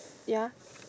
ya